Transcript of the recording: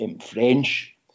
French